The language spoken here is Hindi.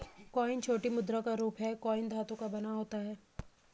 कॉइन छोटी मुद्रा का रूप है कॉइन धातु का बना होता है